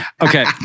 Okay